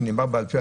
שנאמר בעל פה,